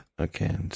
Okay